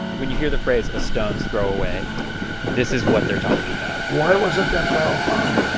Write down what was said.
when you hear the phrase a stone's throw away this is what they're talking about why wasn't that barrel found?